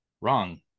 Wrong